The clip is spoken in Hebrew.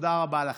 תודה רבה לכם.